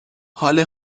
حال